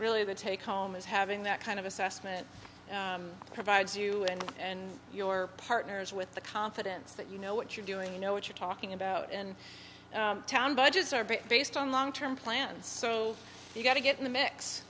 really the take home is having that kind of assessment provides you and your partners with the confidence that you know what you're doing you know what you're talking about and town budgets are based on long term plans you've got to get in the mix